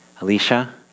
Alicia